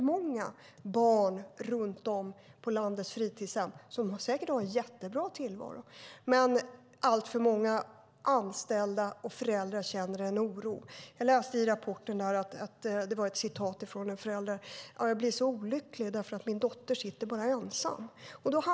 Många barn runt om på landets fritidshem har säkert en jättebra tillvaro, men alltför många anställda och föräldrar känner en oro. Jag läste i rapporten ett citat där en förälder sade: Jag blir så olycklig, för min dotter sitter bara ensam.